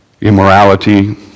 immorality